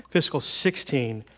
fiscal sixteen,